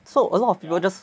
so a lot of people just